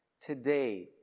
today